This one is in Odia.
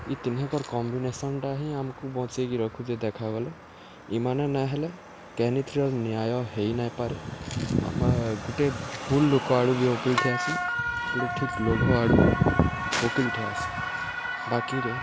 ଇ ତିନ୍ହେକର୍ କମ୍ବିନେସନ୍ଟା ହିଁ ଆମ୍କୁ ବଞ୍ଚେଇକି ରଖୁଛେ ଦେଖ୍ବାକେ ଗଲେ ଇମାନେ ନାଇଁ ହେଲେ କେହେନିଥିରର୍ ନ୍ୟାୟ ହେଇ ନାଇଁପାରେ ଆମେ ଗୁଟେ ଭୁଲ୍ ଲୁକ ଆଡ଼ୁ ବି ଓକିଲ୍ ଠିଆ ହେସି ଗୋଟେ ଠିକ ଲୋଭ ଆଡ଼ୁ ବି ଓକିଲ ଠିଆ ହେସି ବାକିରେ